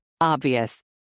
Obvious